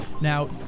Now